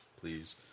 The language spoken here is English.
please—